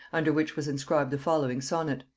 under which was inscribed the following sonnet.